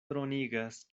dronigas